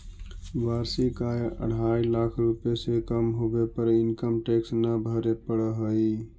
वार्षिक आय अढ़ाई लाख रुपए से कम होवे पर इनकम टैक्स न भरे पड़ऽ हई